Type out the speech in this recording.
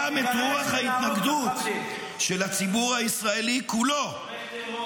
גם את רוח ההתנגדות של הציבור הישראלי כולו -- תומך טרור,